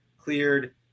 cleared